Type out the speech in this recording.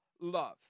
love